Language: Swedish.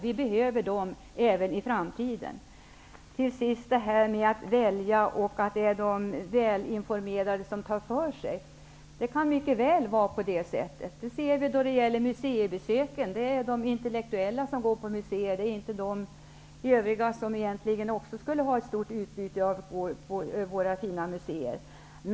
Vi behöver dem även i framtiden. Eva Zetterberg sade att när man får välja blir det de välinformerade som tar för sig. Det kan mycket väl vara så. Det ser vi när det gäller museibesöken. Det är de intellektuella som går på museum. Det är inte de andra som egentligen också skulle ha ett stort utbyte av våra fina muséer.